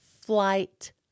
flight